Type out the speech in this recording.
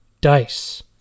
DICE